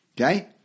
Okay